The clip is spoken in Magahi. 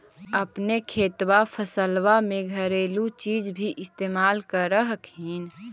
अपने खेतबा फसल्बा मे घरेलू चीज भी इस्तेमल कर हखिन?